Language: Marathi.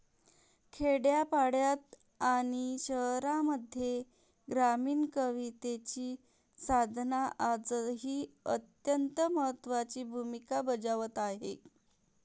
खेड्यापाड्यांत आणि शहरांमध्ये ग्रामीण कवितेची साधना आजही अत्यंत महत्त्वाची भूमिका बजावत आहे